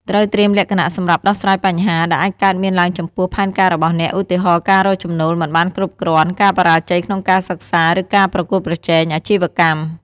ត្រូវត្រៀមលក្ខណៈសម្រាប់ដោះស្រាយបញ្ហា ដែលអាចកើតមានឡើងចំពោះផែនការរបស់អ្នក ឧទាហរណ៍ ការរកចំណូលមិនបានគ្រប់គ្រាន់ ការបរាជ័យក្នុងការសិក្សា ឬការប្រកួតប្រជែងអាជីវកម្ម។